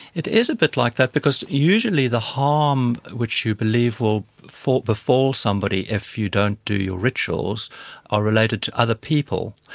it is a bit like that because usually the harm which you believe will befall somebody if you don't do your rituals are related to other people.